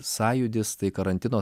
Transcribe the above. sąjūdis tai karantino